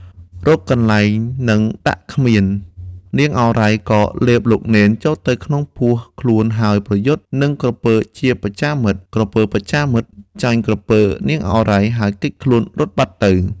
រកកន្លែងនឹងដាក់គ្មាន នាងឱរ៉ៃ ក៏លេបលោកនេន ចូលទៅក្នុងពោះខ្លួនហើយប្រយុទ្ធនឹងក្រពើជាបច្ចាមិត្ត ។ ក្រពើបច្ចាមិត្ត ចាញ់ក្រពើនាងឱរ៉ៃ ហើយគេចខ្លួន រត់បាត់ទៅ ។